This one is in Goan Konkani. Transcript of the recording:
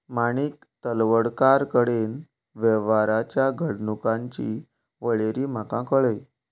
माणिक तलवडकार कडेन वेव्हाराच्या घडणुकांची वळेरी म्हाका कळय